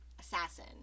Assassin